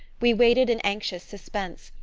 we waited in anxious suspense,